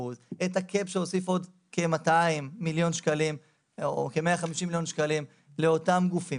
את הקאפ שהוסיף עוד כ-200,000,000 ₪ או כ-150,000,000 ₪ לאותם גופים.